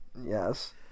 yes